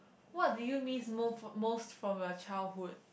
what do you miss most most from your childhood